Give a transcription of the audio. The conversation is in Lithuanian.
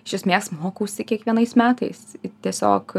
iš esmės mokausi kiekvienais metais tiesiog